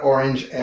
Orange